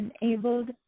enabled